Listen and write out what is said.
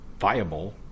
viable